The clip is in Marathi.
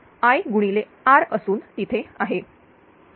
तर Ir असून तिथे आहे